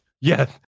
Yes